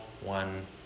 one